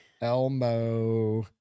Elmo